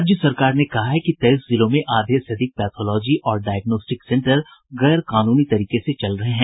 राज्य सरकार ने कहा है कि तेईस जिलों मे आधे से अधिक पैथोलॉजी और डायग्नोस्टिक सेंटर गैर कानूनी तरीके से चल रहे हैं